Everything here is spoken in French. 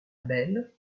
belle